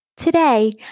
Today